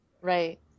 Right